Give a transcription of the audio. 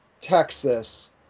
Texas